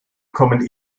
kommen